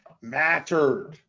mattered